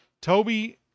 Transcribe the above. Toby